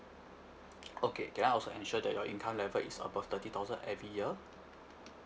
okay can I also ensure that your income level is above thirty thousand every year